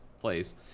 place